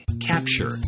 capture